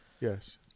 Yes